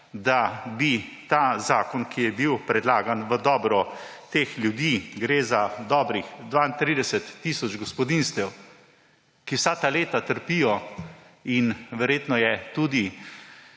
da bi ta zakon, ki je bil predlagan v dobro teh ljudi, gre za dobrih 32 tisoč gospodinjstev, ki vsa ta leta trpijo in verjetno je tudi